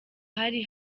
hari